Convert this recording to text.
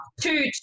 Two